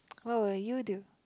what will you do